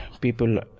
people